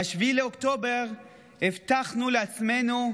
ב-7 באוקטובר הבטחנו לעצמנו: